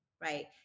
Right